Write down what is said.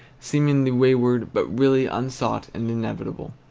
seemingly wayward, but really unsought and inevitable.